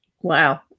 Wow